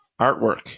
Artwork